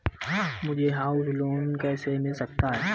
मुझे house loan कैसे मिल सकता है?